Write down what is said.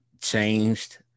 changed